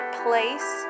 place